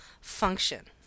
function